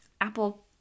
Apple